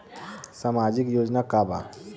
सामाजिक योजना का बा?